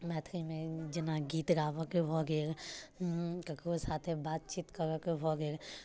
मैथिलीमे जेना गीत गाबऽ के भऽ गेल ककरो साथे बातचीत करऽ के भऽ गेल